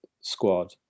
squad